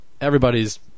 everybody's